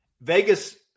Vegas